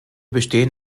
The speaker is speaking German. bestehen